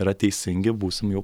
yra teisingi būsime jau